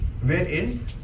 wherein